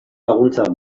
laguntzak